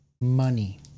Money